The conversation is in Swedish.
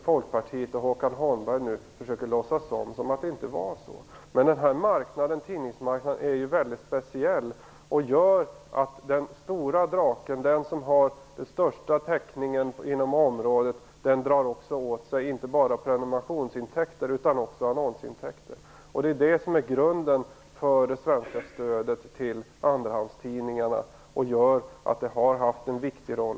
Folkpartiet och Håkan Holmberg försöker nu låtsas som att det inte är så. Tidningsmarknaden är mycket speciell. Den stora draken - den som har den största täckningen inom området - drar inte bara åt sig prenumerationsintäkter utan också annonsintäkter. Detta är grunden för det svenska stödet till andrahandstidningarna, och det har spelat en viktig roll.